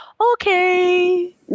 Okay